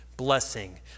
Blessing